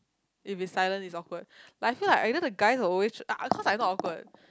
if it's silent is awkward like I feel like either the guys will always uh cause I not awkward